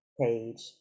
page